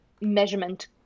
measurement